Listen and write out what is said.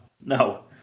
No